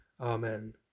Amen